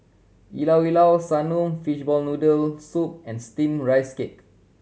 Llao Llao Sanum fishball noodle soup and Steamed Rice Cake